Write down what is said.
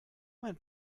mein